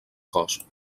cos